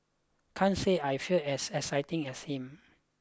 can't say I feel as excited as him